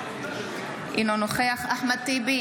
אינו נוכח אחמד טיבי,